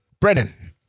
Brennan